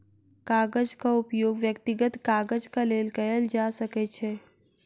कागजक उपयोग व्यक्तिगत काजक लेल कयल जा सकै छै